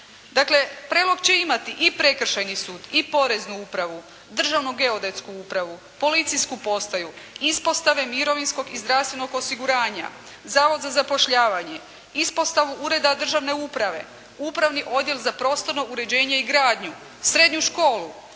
Dakle, Prelog će imati i prekršajni sud i poreznu upravu, državnu geodetsku upravu, policijsku postaju, ispostave mirovinskog osiguranja, zavod za zapošljavanje, ispostavu ureda državne uprave, upravni odjel za prostorno uređenje i gradnju, srednju školu,